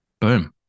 Boom